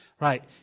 Right